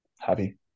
Happy